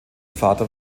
vater